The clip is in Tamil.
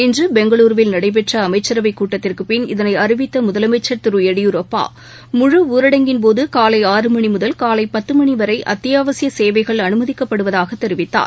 இன்று பெங்களூருவில் நடைபெற்ற அமைச்சரவைக் கூட்டத்திற்குப்பின் இதனை அறிவித்த முதலமைச்சர் திரு எடியூரப்பா முழு ஊரடங்கின்போது காலை ஆறு மணி முதல் காலை பத்து மணி வரை அத்தியாவசிய சேவைகள் அனுமதிக்கப்படுவதாகத் தெரிவித்தார்